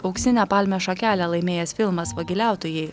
auksinę palmės šakelę laimėjęs filmas vagiliautojai